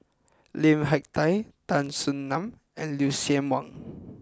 Lim Hak Tai Tan Soo Nan and Lucien Wang